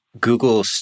Google